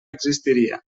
existiria